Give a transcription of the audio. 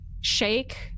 shake